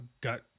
got